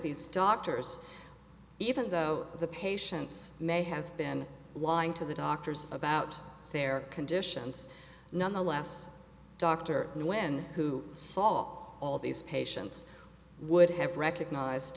these doctors even though the patients may have been lying to the doctors about their conditions nonetheless doctor when who saw all these patients would have recognized